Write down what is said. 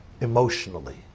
Emotionally